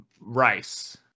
rice